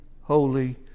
Holy